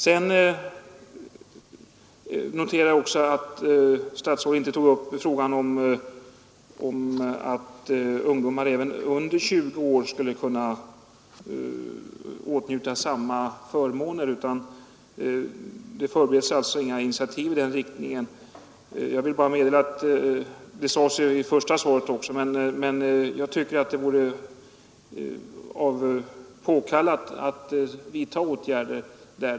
Jag noterar också att statsrådet inte tog upp frågan om att även ungdomar under 20 år skulle kunna åtnjuta samma förmåner. Det förbereds alltså inga initiativ i den riktningen. Det sades också i det första svaret. Jag tycker dock att det vore av behovet påkallat att vidta åtgärder.